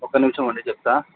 ఒక్క నిమిషమండి చెప్తా